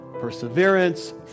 perseverance